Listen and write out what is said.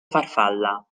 farfalla